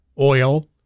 oil